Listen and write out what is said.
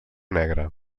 negra